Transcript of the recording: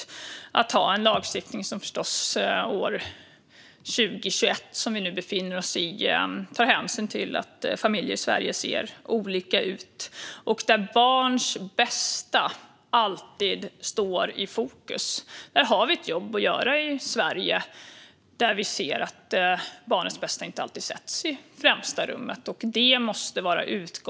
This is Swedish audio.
Och vi ska förstås ha en lagstiftning som år 2021, som vi nu befinner oss i, tar hänsyn till att familjer i Sverige ser olika ut och att barns bästa alltid står i fokus. Där har vi ett jobb att göra i Sverige, eftersom vi ser att barnens bästa inte alltid sätts i främsta rummet.